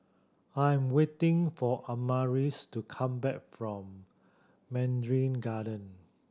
I am waiting for Amaris to come back from Mandarin Garden